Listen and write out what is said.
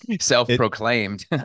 self-proclaimed